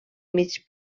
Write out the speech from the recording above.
mig